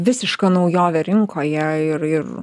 visiška naujovė rinkoje ir ir